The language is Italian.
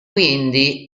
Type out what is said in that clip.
quindi